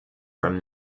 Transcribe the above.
from